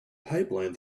pipeline